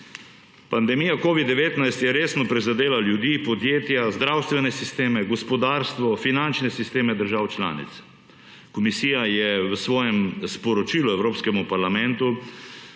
Pandemija covid-19 je resno prizadela ljudi, podjetja, zdravstvene sisteme, gospodarstvo, finančne sisteme držav članic. Komisija je v svojem sporočilu Evropskemu parlamentu,